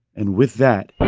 and with that.